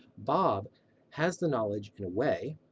bob has the knowledge in a way.